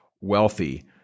wealthy